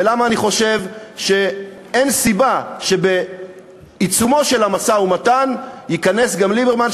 ולמה אני חושב שאין סיבה שבעיצומו של המשא-ומתן ייכנס גם ליברמן,